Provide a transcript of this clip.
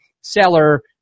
seller